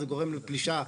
זה גורם לפלישה.